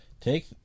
take